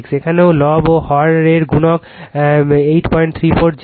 এখানেও লব এবং হর গুণক834 j XC